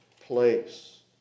place